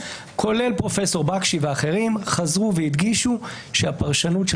כולל פרופ' בקשי ואחרים חזרו והדגישו שהפרשנות של